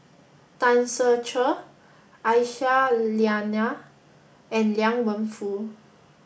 Tan Ser Cher Aisyah Lyana and Liang Wenfu